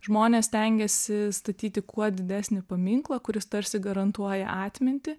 žmonės stengiasi statyti kuo didesnį paminklą kuris tarsi garantuoja atmintį